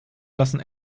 lassen